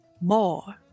More